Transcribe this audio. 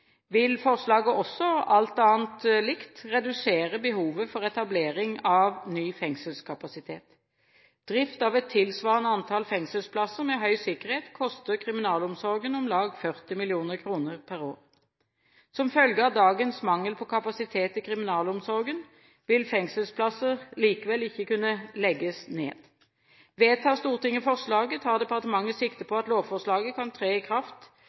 vil forslaget også – alt annet likt – redusere behovet for etablering av ny fengselskapasitet. Drift av et tilsvarende antall fengselsplasser med høy sikkerhet koster kriminalomsorgen om lag 40 mill. kr per år. Som følge av dagens mangel på kapasitet i kriminalomsorgen, vil fengselsplasser likevel ikke kunne legges ned. Vedtar Stortinget forslaget, tar departementet sikte på at lovforslaget kan tre i kraft